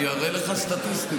אני אראה לך סטטיסטית.